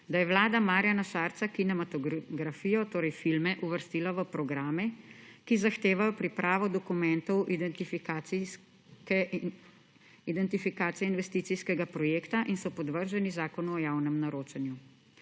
da je vlada Marjana Šarca kinematografijo, torej filme, uvrstila v programe, ki zahtevajo pripravo dokumentov identifikacije investicijskega projekta in so podvrženi Zakonu o javnem naročanju.